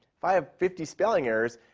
if i have fifty spelling errors,